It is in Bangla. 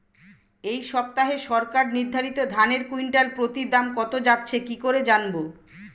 এই সপ্তাহে সরকার নির্ধারিত ধানের কুইন্টাল প্রতি দাম কত যাচ্ছে কি করে জানবো?